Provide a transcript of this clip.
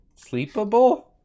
sleepable